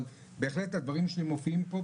אבל בהחלט הדברים שלי מופיעים פה,